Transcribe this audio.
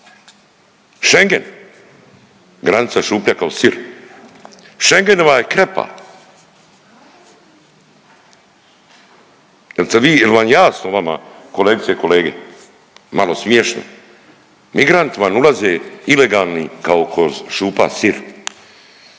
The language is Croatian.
Schengen, granica šuplja kao sir, Schengen vam je krepa, jel vam jasno vama kolegice i kolege? Malo smiješno. Migranti vam ulaze ilegalni kao kroz šupalj sir